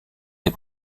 les